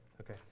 Okay